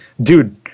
dude